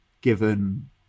given